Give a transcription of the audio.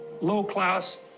low-class